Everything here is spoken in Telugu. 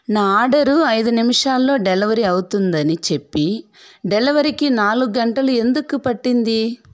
నా ఆర్డరు ఐదు నిమిషాల్లో డెలివరీ అవుతుందని చెప్పి డెలివరీకి నాలుగు గంటలు ఎందుకు పట్టింది